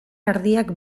ardiak